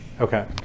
Okay